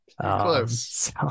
Close